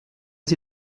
sie